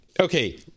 Okay